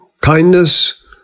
kindness